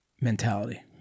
mentality